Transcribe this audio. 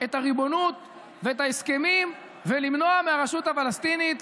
את הריבונות ואת ההסכמים ולמנוע מהרשות הפלסטינית